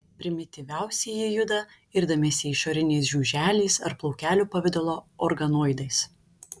primityviausieji juda irdamiesi išoriniais žiuželiais ar plaukelių pavidalo organoidais